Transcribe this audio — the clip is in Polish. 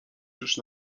rzecz